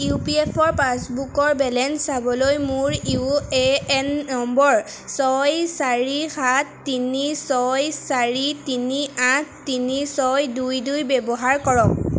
U P এফৰ পাছবুকৰ balance চাবলৈ মোৰ ইউ এ এন নম্বৰ ছয় চাৰি সাত তিনি ছয় চাৰি তিনি আঠ তিনি ছয় দুই দুই ব্যৱহাৰ কৰক